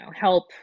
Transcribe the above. help